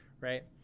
right